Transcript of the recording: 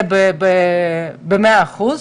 ב-100 אחוז,